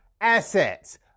assets